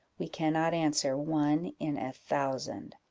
we cannot answer one in a thousand